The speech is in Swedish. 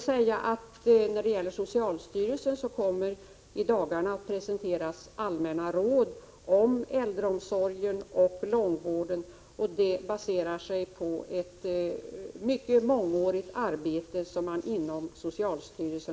Socialstyrelsen kommer i dagarna att presentera allmänna råd om äldreomsorgen och långvården. Dessa allmänna råd baseras på ett mångårigt arbete på detta område inom socialstyrelsen.